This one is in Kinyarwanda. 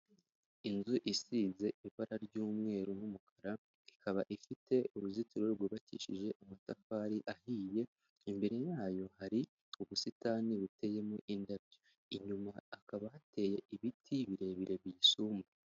Inzu isize ibara ry'umweru n'umukara, ikaba ifite uruzitiro rwubakishije amatafari ahiye; imbere yayo hari ubusitani buteyemo indabyo, inyuma hakaba hateye ibiti birebire biyisumba.